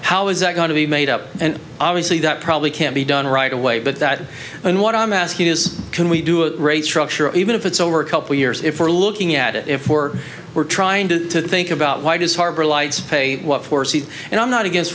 how is that going to be made up and obviously that probably can't be done right away but that and what i'm asking is can we do a rate structure even if it's over a couple years if we're looking at it if we're we're trying to think about why does harbor lites pay for seed and i'm not against